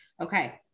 Okay